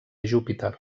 júpiter